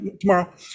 tomorrow